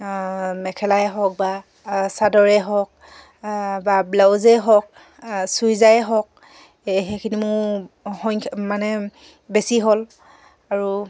মেখেলাই হওক বা চাদৰেই হওক বা ব্লাউজেই হওক চুইজাই হওক সেইখিনি মোৰ সংখ্যা মানে বেছি হ'ল আৰু